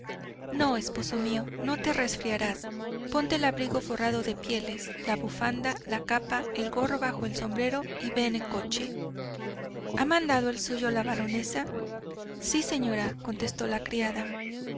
no esposo mío no te resfriarás ponte el abrigo forrado de pieles la bufanda la capa el gorro bajo el sombrero y ve en coche ha mandado el suyo la baronesa sí señora contestó la criada